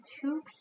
two